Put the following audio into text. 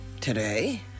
today